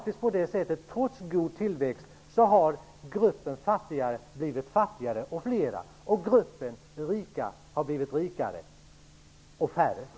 Trots god tillväxt har de i gruppen fattiga blivit fattigare och fler och de i gruppen rika blivit rikare och färre.